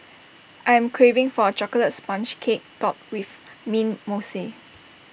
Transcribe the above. I am craving for A Chocolate Sponge Cake Topped with Mint Mousse